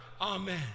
Amen